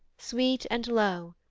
sweet and low,